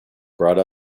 brought